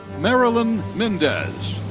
marilyn mendez.